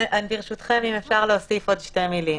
ברשותכם, אם אפשר להוסיף עוד שתי מילים.